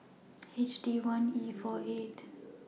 H D one E four eight